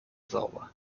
sauber